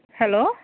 hello